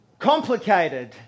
complicated